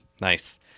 Nice